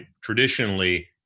traditionally